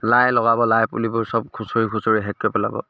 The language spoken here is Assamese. লাই লগাব লাই পুলিবোৰ চব খুচৰি খুচৰি শেষ কৰি পেলাব